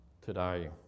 today